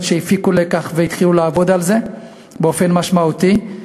שהפיקו לקח והתחילו לעבוד על זה באופן משמעותי.